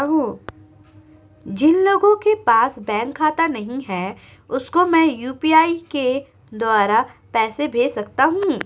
जिन लोगों के पास बैंक खाता नहीं है उसको मैं यू.पी.आई के द्वारा पैसे भेज सकता हूं?